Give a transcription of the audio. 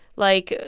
like,